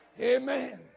Amen